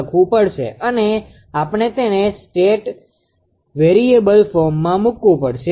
લખવું પડશે અને આપણે તેને સ્ટેટ વેરીએબલ ફોર્મમાં મુકવું પડશે